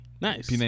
Nice